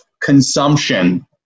consumption